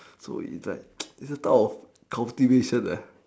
so it's like it's a type of cultivation lah